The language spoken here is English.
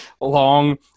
long